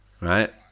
Right